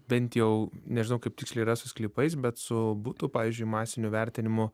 bent jau nežinau kaip tiksliai yra su sklypais bet su būtų pavyzdžiui masiniu vertinimu